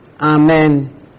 Amen